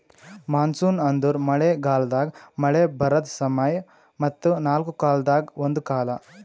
monsoon ಅಂದುರ್ ಮಳೆ ಗಾಲದಾಗ್ ಮಳೆ ಬರದ್ ಸಮಯ ಮತ್ತ ನಾಲ್ಕು ಕಾಲದಾಗ ಒಂದು ಕಾಲ